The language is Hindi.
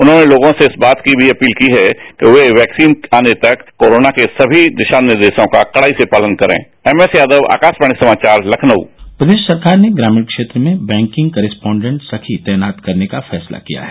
उन्होंने लोगों से को इस बात की भी अपील की है कि ये वैक्सीन आने तक कोरोना के सभी दिशा निर्देशों का कड़ाई से पालन करें एमएस यादव आकाशवाणी समाचार लखनऊ प्रदेश सरकार ने ग्रामीण क्षेत्र में बैंकिंग कॉरेस्पान्डेंट सखी तैनात करने का फैसला किया है